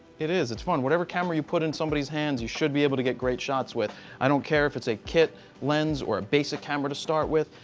it is. it's fun. whatever camera you put in somebody's hands, you should be able to get great shots with, i don't care if it's a kit lens or a basic camera to start with,